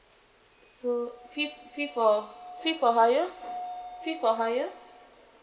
so fifth fifth or fifth or higher fifth or higher